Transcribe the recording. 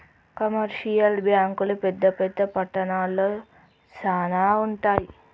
commercial బ్యాంకులు పెద్ద పెద్ద పట్టణాల్లో శానా ఉంటయ్